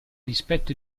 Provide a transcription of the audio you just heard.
dispetto